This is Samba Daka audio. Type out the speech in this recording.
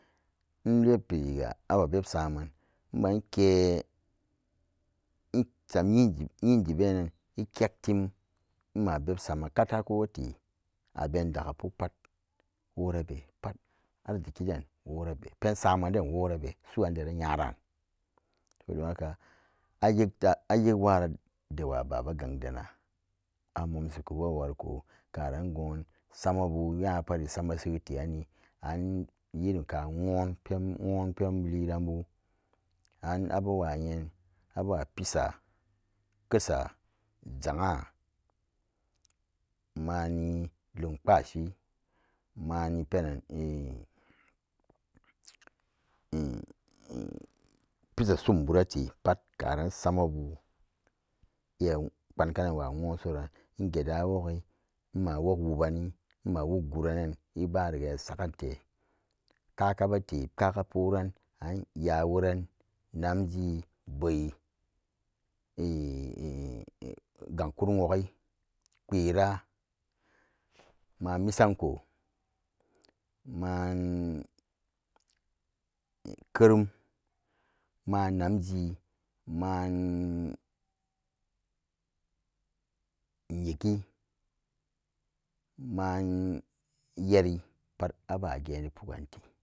Inlebpriga ama beb saman iman kee insum inji inji benan inkegtim ema beb saman kabakote abeni dakka puk pat worabe pat arziki den wora be pesamenden worabe su'an deran nyoran to don haka ayekta ayekwa rade wa baba gang dana amumsiku be wariko karan go'on samabu nyapatri sama see te'ani an yirim ka nwon pen nwonpen liranbu an abewa nyen abewa pisa kesa janga'a mani lingpbashi mani penan pisa sumburate pat karan samabu iya pbankananwa nwonsoran inge da woggai ima wogwubani ima wuggurannan ibari iya sagente kakabete kaka poran an-yaworan, naji, pboi gangkurum wogai kpera ma'an misanko ma'an kerum ma'an namji ma'an nyikgi ma'an yori pat abageni puggante.